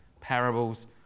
parables